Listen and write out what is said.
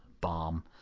bomb